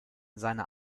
seine